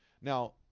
Now